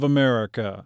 America